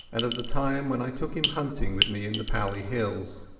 and of the time when i took him hunting with me in the pali hills.